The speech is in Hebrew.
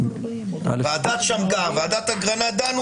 ועדת שמגר, ועדת אגרנט, דנו בזה.